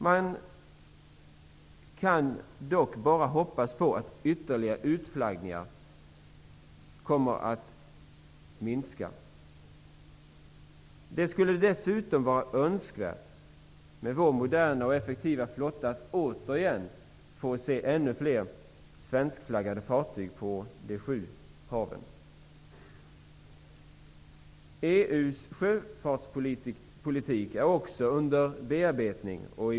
Man kan dock bara hoppas på att mängden ytterligare utflaggningar kommer att minska. Det skulle dessutom vara önskvärt -- med vår moderna och effektiva flotta -- att återigen få se svenskflaggade fartyg på de sju haven. EU:s sjöfartspolitik är också under bearbetning.